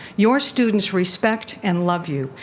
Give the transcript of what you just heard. your students respect and love you,